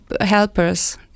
helpers